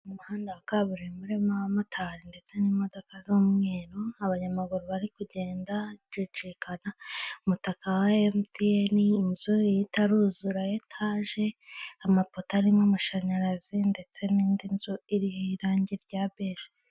Mu muhanda wa kaburimbo urimo abamotari ndetse n'imodoka z'umweru, abanyamaguru bari kugenda bacicikana. Umutaka wa MTN, inzu itaruzura ya etaje, amapoto ariho amashanyarazi, ndetse n'indi nzu iriho irangi rya beje.